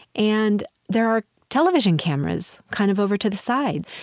and there are television cameras kind of over to the side.